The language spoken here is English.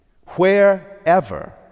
wherever